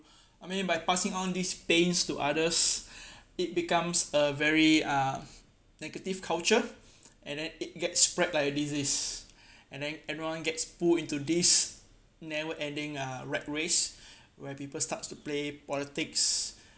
I mean by passing on these pains to others it becomes a very uh negative culture and then it gets spread like a disease and then everyone gets pull into this never-ending uh rat race where people starts to play politics